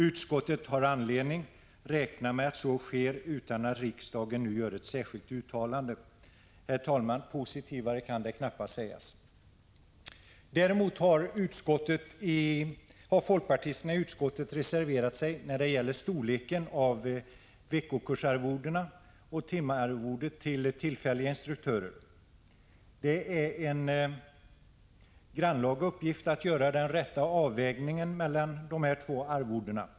Utskottet har anledning räkna med att så sker utan att riksdagen nu gör ett särskilt uttalande.” Herr talman! Positivare kan det knappast sägas! Däremot har folkpartisterna i utskottet reserverat sig när det gäller storleken på veckokursarvodet och timarvodet till tillfälliga instruktörer. Det är en grannlaga uppgift att göra den rätta avvägningen mellan dessa två arvoden.